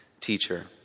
teacher